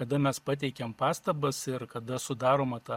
kada mes pateikiam pastabas ir kada sudaroma ta